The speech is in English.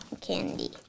candy